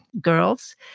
girls